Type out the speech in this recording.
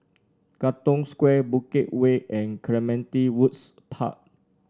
Katong Square Bukit Way and Clementi Woods Park